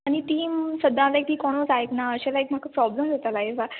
आनी ती सद्या लायक ती कोणूच आयकना अशें लायक म्हाका प्रोब्लेम जाता लायफान